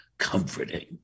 comforting